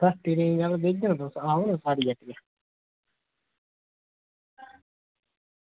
सस्ते देई ओड़गे आओ ना साढ़ी हट्टिया